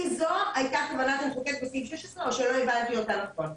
האם זאת הייתה כוונת המחוקק בסעיף 16 או שלא הבנתי אותה נכון?